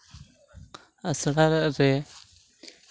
ᱟᱥᱲᱟ ᱨᱮ